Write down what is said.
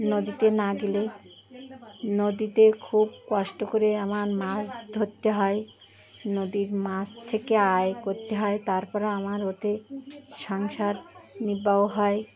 নদীতে না গেলে নদীতে খুব কষ্ট করে আমার মাছ ধরতে হয় নদীর মাছ থেকে আয় করতে হয় তারপর আমার ওতে সংসার নির্বাহ হয়